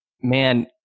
man